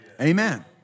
Amen